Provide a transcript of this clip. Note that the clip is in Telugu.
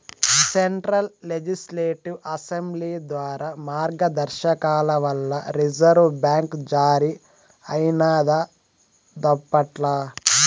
సెంట్రల్ లెజిస్లేటివ్ అసెంబ్లీ ద్వారా మార్గదర్శకాల వల్ల రిజర్వు బ్యాంక్ జారీ అయినాదప్పట్ల